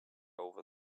over